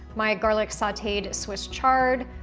my garlic sauteed swiss chard,